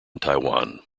taiwan